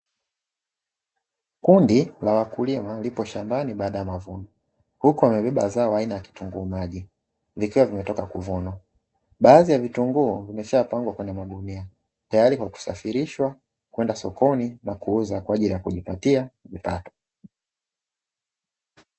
Kundi la wakulima lipo shambani baada ya mavuno, huku wamebeba zao aina ya vitunguu maji vikiwa vimetoka kuvunwa, baadhi ya vitunguu vimeshapangwa kwenye magunia tayari kwa kusafirishwa kwenda sokoni na kuuza kwa ajili ya kujipatia kipato.